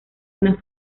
una